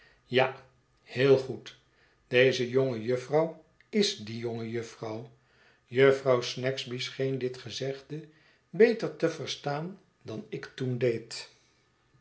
ja heel goed deze jonge jufvrouw is die jonge jufvrouw jufvrouw snagsby scheen dit gezegde beter te verstaan dan ik toen deed